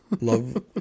Love